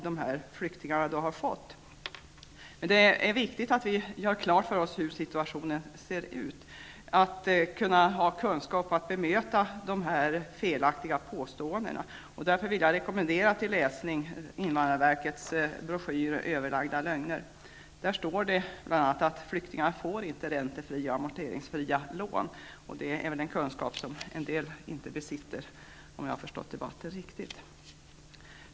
Det är viktigt att vi gör klart för oss hur situationen ser ut. Vi måste ha kunskap för att kunna bemöta de felaktiga påståendena. Jag rekommenderar därför till läsning invandrarverkets broschyr Överlagda lögner. Där kan man bl.a. läsa att flyktingarna inte får ränte och amorteringsfria lån. Det är väl en kunskap som en del inte besitter, om jag förstått debatten riktigt.